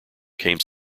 came